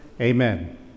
Amen